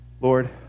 Lord